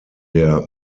der